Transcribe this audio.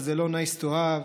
וזה לא nice to have.